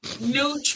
neutral